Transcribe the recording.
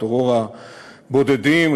טרור הבודדים,